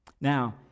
Now